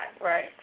Right